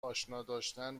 آشناداشتن